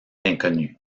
inconnue